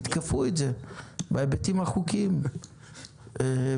תתקפו את זה בהיבטים החוקיים והמשפטיים.